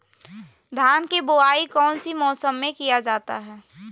धान के बोआई कौन सी मौसम में किया जाता है?